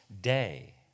day